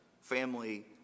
family